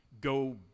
go –